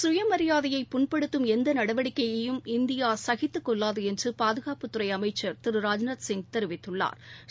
சுயமியாதையை புண்படுத்தும் எந்த நடவடிக்கையையும் இந்தியா சகித்துக் கொள்ளாது என்று பாதுகாப்புத்துறை அமைச்சா் திரு ராஜ்நாத்சிங் தெரிவித்துள்ளாா்